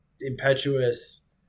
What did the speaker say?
impetuous